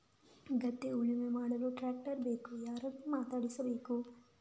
ಗದ್ಧೆ ಉಳುಮೆ ಮಾಡಲು ಟ್ರ್ಯಾಕ್ಟರ್ ಬೇಕು ಯಾರನ್ನು ಮಾತಾಡಿಸಬೇಕು?